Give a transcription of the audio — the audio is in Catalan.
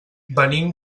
venim